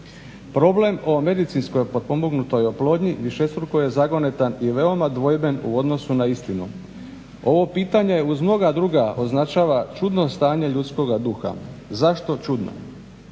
Problem o medicinski pomognutoj oplodnji višestruko je zagonetan i veoma dvojben u odnosu na istinu. Ovo pitanje uz mnoga druga označava čudno stanje ljudskoga duha. Zašto čudno?